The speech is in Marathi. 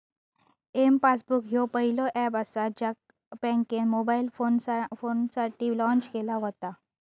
एम पासबुक ह्यो पहिलो ऍप असा ज्या बँकेन मोबाईल फोनसाठी लॉन्च केला व्हता